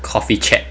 coffee chat